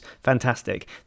Fantastic